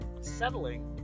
settling